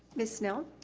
ms. snell.